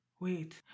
wait